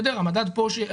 המדד פה,